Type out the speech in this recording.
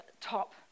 top